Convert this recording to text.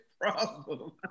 problem